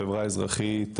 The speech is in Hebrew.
חברה אזרחית,